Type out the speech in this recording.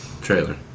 trailer